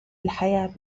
الحياة